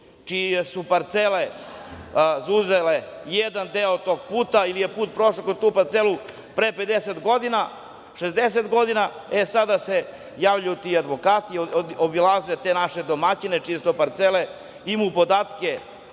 čije su parcele zauzele jedan deo tog puta ili je put prošao kroz tu parcelu pre 50-60 godina. Sada se javljaju ti advokati, obilaze te naše domaćine čije su to parcele, imaju podatke